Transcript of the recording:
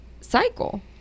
Cycle